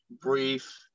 brief